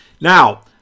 Now